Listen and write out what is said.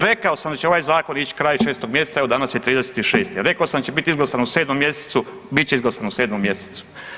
Rekao sam da će ovaj zakon ići krajem 6. mjeseca evo danas je 30.6., rekao sam da će biti izglasan u 7. mjesecu, bit će izglasan u 7. mjesecu.